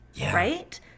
right